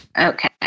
Okay